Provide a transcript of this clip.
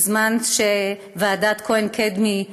בזמן שוועדת כהן-קדמי,